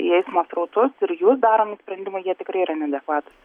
į eismo srautus ir jų daromi sprendimai jie tikrai yra neadekvatūs